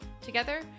Together